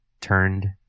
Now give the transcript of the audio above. turned